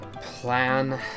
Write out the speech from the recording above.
plan